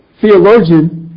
theologian